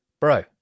Bro